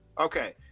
Okay